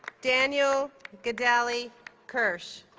daniel gedali kirsch